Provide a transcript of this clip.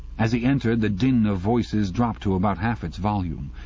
as he entered the din of voices dropped to about half its volume.